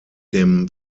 dem